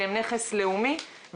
שהם נכס לאומי.